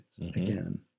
again